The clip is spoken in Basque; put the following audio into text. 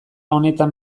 honetan